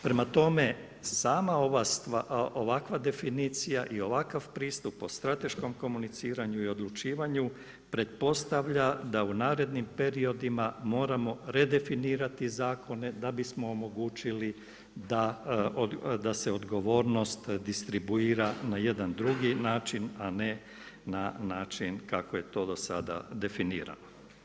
Prema tome, sama ovakva definicija i ovakav pristup o strateškom komuniciranju i odlučivanju pretpostavlja da u narednim periodima moramo redefinirati zakone da bismo omogućili da se odgovornost distribuira na jedan drugi način a ne način kako je to do sada definirano.